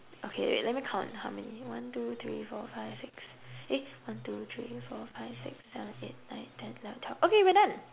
okay wait let me count how many one two three four five six eh one two three four five six seven eight nine ten eleven twelve okay we're done